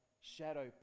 shadow